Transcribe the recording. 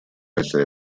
essere